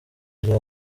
rya